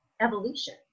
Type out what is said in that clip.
evolution